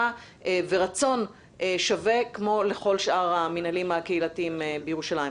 ורצון שווה כמו לכל שאר המינהלים הקהילתיים בירושלים.